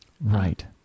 Right